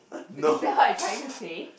is that what you trying to say